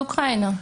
באוקראינה.